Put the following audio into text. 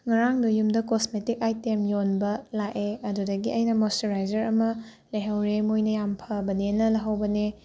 ꯉꯔꯥꯡꯗꯣ ꯌꯨꯝꯗ cosmetic item ꯌꯣꯟꯕ ꯂꯥꯛꯑꯦ ꯑꯗꯨꯗꯒꯤ ꯑꯩꯅ ꯃꯣꯏꯆꯔꯥꯏꯖꯔ ꯑꯃ ꯂꯩꯍꯧꯔꯦ ꯃꯣꯏꯅ ꯌꯥꯝ ꯐꯕꯅꯦꯅ ꯂꯍꯧꯕꯅꯦ